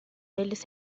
eles